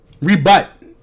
rebut